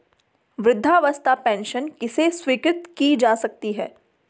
वृद्धावस्था पेंशन किसे स्वीकृत की जा सकती है?